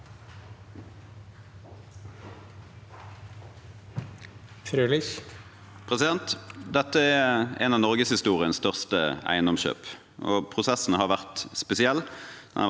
leder): Det- te er et av norgeshistoriens største eiendomskjøp. Prosessen har vært spesiell.